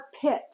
pit